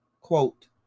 quote